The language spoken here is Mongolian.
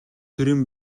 төрийн